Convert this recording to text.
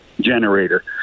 generator